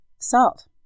salt